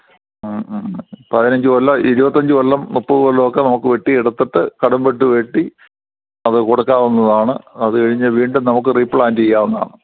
മ് മ് പതിനഞ്ച് കൊല്ലം ഇരുപത്തഞ്ച് കൊല്ലം മുപ്പത് കൊല്ലം ഒക്കെ നമുക്ക് വെട്ടിയെടുത്തിട്ട് കടും വെട്ട് വെട്ടി അത് കൊടുക്കാവുന്നതാണ് അത് കഴിഞ്ഞ് വീണ്ടും നമുക്ക് റീപ്ലാന്റ് ചെയ്യാവുന്നതാണ്